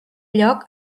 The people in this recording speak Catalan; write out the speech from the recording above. lloc